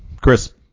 Chris